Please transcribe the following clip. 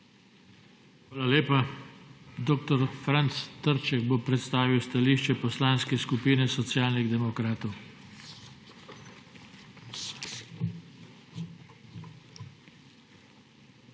Hvala lepa. Dr. Franc Trček bo predstavil stališče Poslanske skupine Socialnih demokratov. DR.